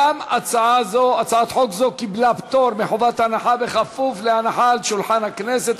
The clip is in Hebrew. גם הצעת חוק זו קיבלה פטור מחובת הנחה בכפוף להנחה על שולחן הכנסת.